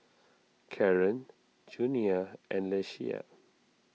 Caron Junia and Ieshia